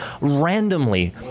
randomly